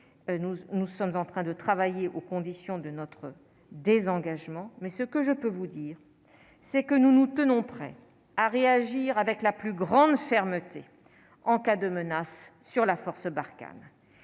nous sommes en train de travailler aux conditions de notre désengagement mais ce que je peux vous dire, c'est que nous nous tenons prêts à réagir avec la plus grande fermeté en cas de menace sur la force Barkhane